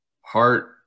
heart